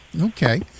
Okay